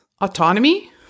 autonomy